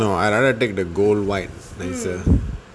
no I rather take the gold white nicer